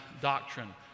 doctrine